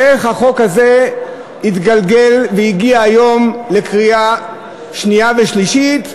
איך החוק הזה התגלגל והגיע היום לקריאה שנייה ושלישית,